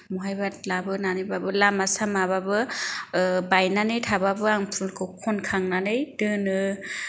बहायबा लाबोनानैबाबो लामा सामाबाबो बायनानै थाबाबो आं फुलखौ खनखांनानै दोनो